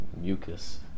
mucus